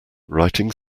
writing